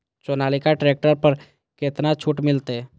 Sonalika tractor पर केतना छूट मिलते?